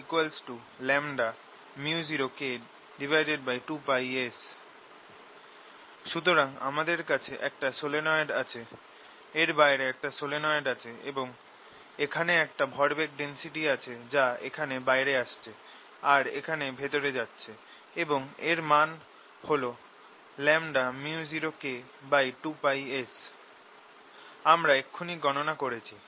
Momentum density µ0K2πS সুতরাং আমাদের কাছে একটা সলিনয়েড আছে এর বাইরে একটা সলিনয়েড আছে এবং এখানে একটা ভরবেগ ডেন্সিটি আছে যা এখানে বাইরে আসছে আর এখানে ভেতরে যাচ্ছে এবং এর মান হল µ0K2πS আমরা এক্ষুনি গণনা করেছি